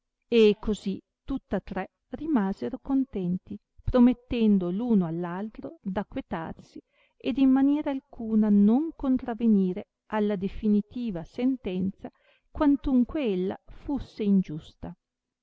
e così tutta tre rimasero contenti promettendo f uno all altro d acquetarsi ed in maniera alcuna non contravenire alla difinitiva sentenza quantunque ella fusse ingiusta